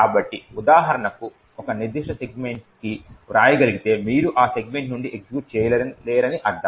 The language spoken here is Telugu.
కాబట్టి ఉదాహరణకు మీరు ఒక నిర్దిష్ట సెగ్మెంట్ కి వ్రాయగలిగితే మీరు ఆ సెగ్మెంట్ నుండి ఎగ్జిక్యూట్ చేయలేరని అర్థం